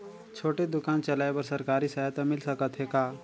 छोटे दुकान चलाय बर सरकारी सहायता मिल सकत हे का?